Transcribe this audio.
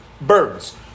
birds